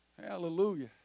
Hallelujah